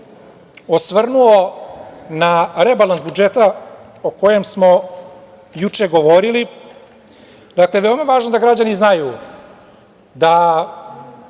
osvrnuo na rebalans budžeta o kojem smo juče govorili. Dakle, veoma je važno da građani znaju da